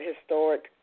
historic